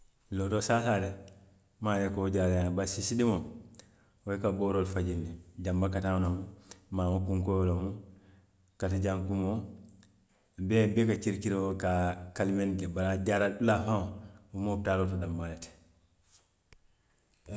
Lootoo saasaa de n maŋ a loŋ i ka wo jaara ñaamiŋ bari sisidimiŋo, wo i ka booroo le fajindi, janbakataŋo lemu, maamakunkoyoo lemu, katijankumoo i bee i bee ka kirikiroo ka a kalimendi, bari a jaarali dulaa faŋo, wo mu opitaaloo to danmaa le ti haa